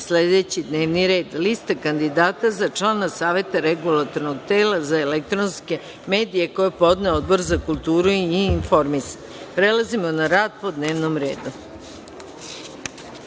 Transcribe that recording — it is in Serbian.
sledeći:D n e v n i r e d:1. Lista kandidata za člana Saveta regulatornog tela za elektronske medije koje je podneo Odbor za kulturu i informisanje. Prelazimo na rad po dnevnom redu. Molim